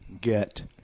get